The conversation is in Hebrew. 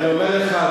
אני אומר לך,